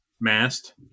Mast